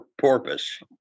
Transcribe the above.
porpoise